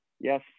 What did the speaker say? yes